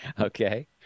okay